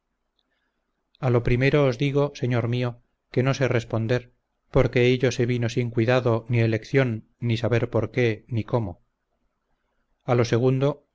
a lo primero os digo señor mio que no sé responder porque ello se vino sin cuidado ni elección ni saber por qué ni cómo a lo segundo